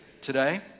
Today